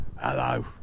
Hello